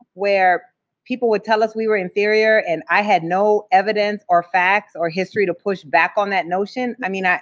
where people would tell us we were inferior and i had no evidence or facts or history to push back on that notion. i mean,